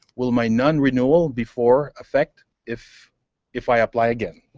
will my non-renewal before affect if if i apply again?